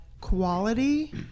quality